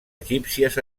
egípcies